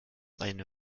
eine